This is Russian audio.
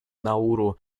науру